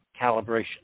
calibration